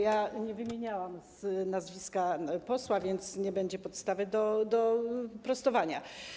Ja nie wymieniałam z nazwiska posła, więc nie będzie podstawy do prostowania.